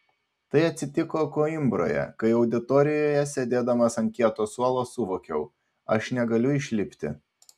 tai atsitiko koimbroje kai auditorijoje sėdėdamas ant kieto suolo suvokiau aš negaliu išlipti